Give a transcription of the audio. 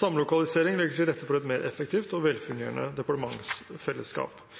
Samlokalisering legger til rette for et mer effektivt og velfungerende departementsfellesskap.